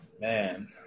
Man